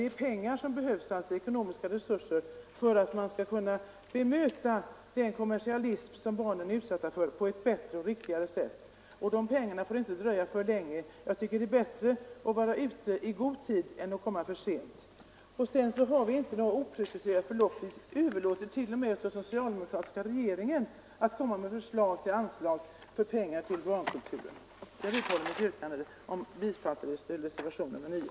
Det är ekonomiska resurser som behövs för att på ett bättre och riktigare sätt kunna möta den kommersialism som barnen är utsatta för, och de pengarna får inte dröja för länge. Jag tycker det är bättre att vara ute i god tid än att komma för sent. Slutligen har vi inte angivit något opreciserat belopp, utan vi har överlåtit till den socialdemokratiska regeringen att framlägga förslag om anslag till barnkulturen. Herr talman! Jag vidhåller mitt yrkande om bifall till reservationen 9.